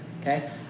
Okay